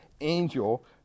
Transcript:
angel